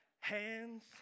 Hands